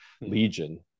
legion